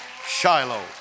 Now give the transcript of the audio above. Shiloh